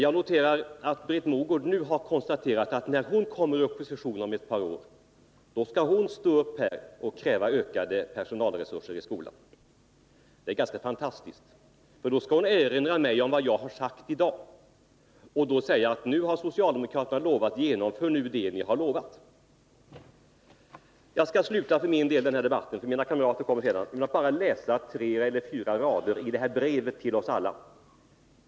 Jag noterar att Britt Mogård nu har konstaterat att när hon kommer i opposition om ett par år, då skall hon stå upp här och kräva ökade personalresurser i skolan. Det är ganska fantastiskt. Då skall hon erinra mig om vad jag har sagt i dag, och säga: Det har socialdemokraterna lovat, genomför nu det ni har lovat. Jag skall för min del sluta den här debatten — eftersom mina kamrater kommer att fortsätta den — med att läsa 3-4 rader i det brev som skickats till ossalla.